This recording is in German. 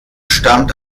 stammt